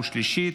בעד, שלושה,